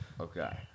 Okay